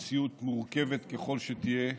מציאות מורכבת ככל שתהיה,